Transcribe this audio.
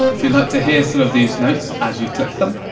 if you'd like to hear some of these notes as you click them,